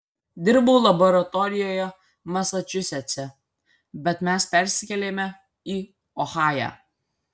dirbau laboratorijoje masačusetse bet mes persikėlėme į ohają